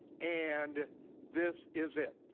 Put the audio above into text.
and this is it.